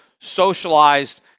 socialized